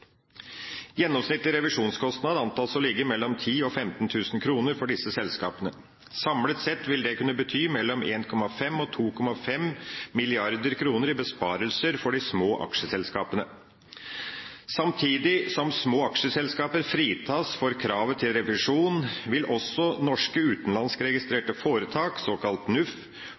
Gjennomsnittlig revisjonskostnad antas å ligge på 10 000–15 000 kr for disse selskapene. Samlet sett vil det kunne bety 1,5–2,5 mrd. kr i besparelser for de små aksjeselskapene. Samtidig som små aksjeselskaper fritas for kravet til revisjon, vil også norskregistrerte utenlandske foretak, såkalte NUF, pålegges revisjonskrav når aktiviteten er større enn de refererte tall for norske